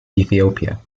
ethiopia